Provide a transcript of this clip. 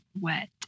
wet